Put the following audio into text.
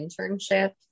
internship